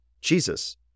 Jesus